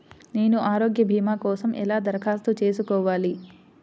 నేను ఆరోగ్య భీమా కోసం ఎలా దరఖాస్తు చేసుకోవాలి?